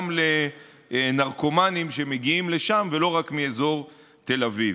גם לנרקומנים שמגיעים לשם ולא רק מאזור תל אביב.